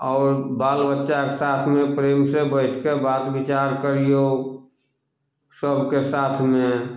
आओर बाल बच्चाके साथमे प्रेमसँ बैठ कऽ बात विचार करियौ सभके साथमे